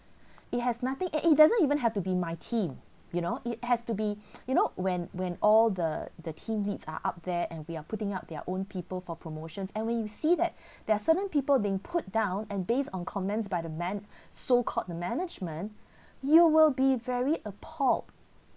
it has nothing and it doesn't even have to be my team you know it has to be you know when when all the the team leads are up there and we are putting out their own people for promotions and when you see that there are certain people being put down and based on comments by the man~ so called the management you will be very appalled